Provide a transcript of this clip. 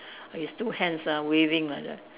his two hands are waving like that